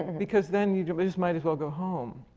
because then, you just might as well go home.